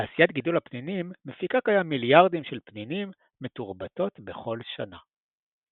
תעשיית גידול הפנינים מפיקה כיום מיליארדים של פנינים מתורבתות בכל שנה.